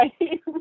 right